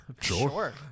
Sure